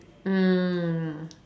um